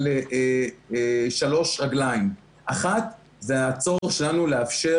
על שלוש רגליים: אחת הצורך שלנו לאפשר